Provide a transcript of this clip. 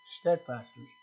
steadfastly